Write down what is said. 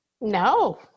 No